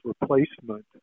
replacement